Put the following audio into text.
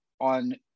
on